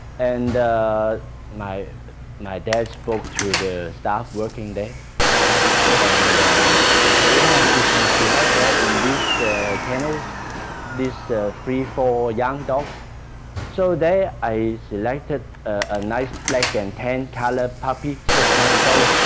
and my my dad spoke to the staff working day and they said yeah, you can see like ah in these kennels these three four young dogs so then i selected a nice black and tan color puppy, six months old